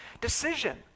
decision